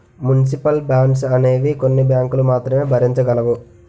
municipal bonds అనేవి కొన్ని బ్యాంకులు మాత్రమే భరించగలవు